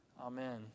Amen